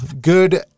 Good